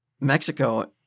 Mexico